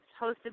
hosted